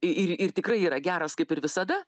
i ir tikrai yra geras kaip ir visada